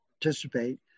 participate